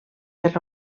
per